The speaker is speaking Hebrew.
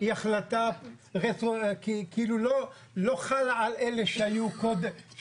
היא החלטה שלא חלה על אלה שהיו קודם.